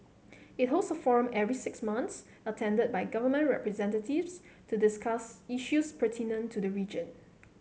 it holds a forum every six months attended by government representatives to discuss issues pertinent to the region